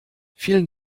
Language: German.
vielen